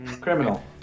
criminal